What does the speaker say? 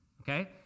okay